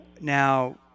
Now